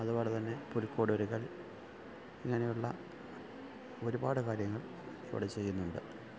അതുപോലെത്തന്നെ പുൽക്കൂട് ഒരുക്കൽ അങ്ങനെയുള്ള ഒരുപാട് കാര്യങ്ങൾ ഇവിടെ ചെയ്യുന്നുണ്ട്